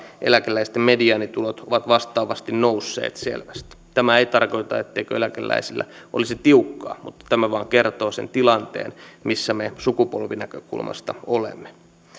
eläkeläisten mediaanitulot ovat vastaavasti nousseet selvästi tämä ei tarkoita etteikö eläkeläisillä olisi tiukkaa mutta tämä vain kertoo sen tilanteen missä me sukupolvinäkökulmasta olemme